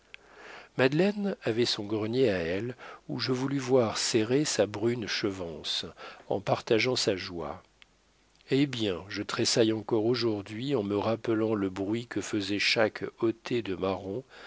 avait son grenier à elle où je voulus voir serrer sa brune chevance en partageant sa joie eh bien je tressaille encore aujourd'hui en me rappelant le bruit que faisait chaque hottée de marrons